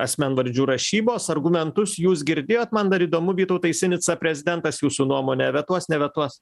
asmenvardžių rašybos argumentus jūs girdėjot man dar įdomu vytautai sinica prezidentas jūsų nuomone vetuos nevetuos